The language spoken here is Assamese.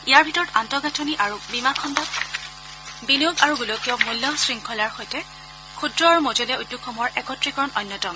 ইয়াৰ ভিতৰত আন্তঃগাথনি আৰু বীমা খণ্ডত বিনিয়োগ আৰু গোলকীয় মূল্য শংখলাৰ সৈতে ক্ষুদ্ৰ আৰু মজলীয়া উদ্যোগসমূহৰ একত্ৰিকৰণ অন্যতম